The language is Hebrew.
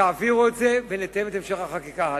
תעבירו את זה ונתאם את המשך החקיקה.